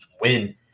win